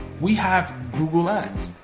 we have google ads.